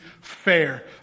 fair